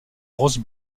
rose